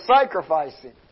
sacrificing